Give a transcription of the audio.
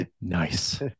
nice